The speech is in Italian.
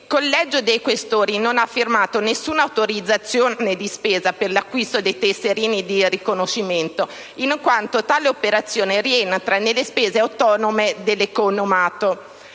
il Collegio dei senatori Questori non ha firmato alcuna autorizzazione di spesa per l'acquisto dei tesserini di riconoscimento, in quanto tale operazione rientra nelle spese autonome dell'economato.